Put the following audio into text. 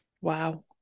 Wow